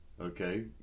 Okay